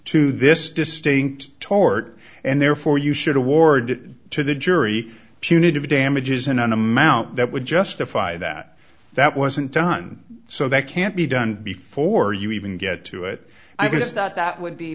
to this distinct tort and therefore you should award it to the jury punitive damages in an amount that would justify that that wasn't done so that can't be done before you even get to it i guess that that would be